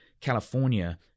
California